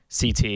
CT